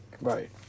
Right